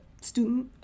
student